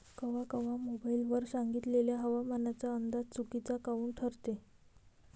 कवा कवा मोबाईल वर सांगितलेला हवामानाचा अंदाज चुकीचा काऊन ठरते?